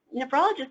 nephrologist